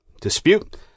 dispute